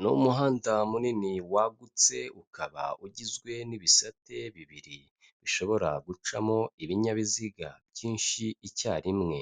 Ni umuhanda munini wagutse, ukaba ugizwe n'ibisate bibiri, bishobora gucamo ibinyabiziga byinshi icyarimwe,